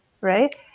right